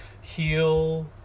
heal